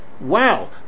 wow